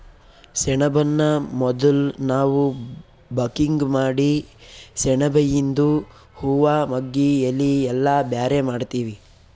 ಸೆಣಬನ್ನ ಮೊದುಲ್ ನಾವ್ ಬಕಿಂಗ್ ಮಾಡಿ ಸೆಣಬಿಯಿಂದು ಹೂವಾ ಮಗ್ಗಿ ಎಲಿ ಎಲ್ಲಾ ಬ್ಯಾರೆ ಮಾಡ್ತೀವಿ